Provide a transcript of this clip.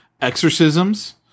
exorcisms